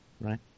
right